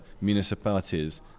municipalities